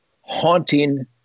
haunting